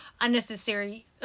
unnecessary